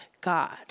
God